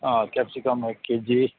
अँ क्याप्सिकम एक केजी